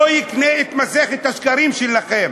לא יקנה את מסכת השקרים שלכם.